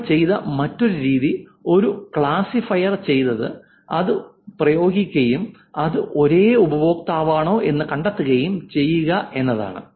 നമ്മൾ ചെയ്ത മറ്റൊരു രീതി ഒരു ക്ലാസിഫയർ ചെയ്ത് അത് പ്രയോഗിക്കുകയും അത് ഒരേ ഉപയോക്താവാണോ എന്ന് കണ്ടെത്തുകയും ചെയ്യുക എന്നതാണ്